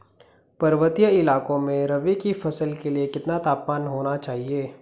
पर्वतीय इलाकों में रबी की फसल के लिए कितना तापमान होना चाहिए?